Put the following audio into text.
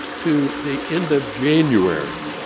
to the end of january.